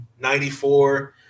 94